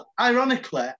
ironically